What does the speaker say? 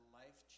life